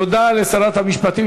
תודה לשרת המשפטים.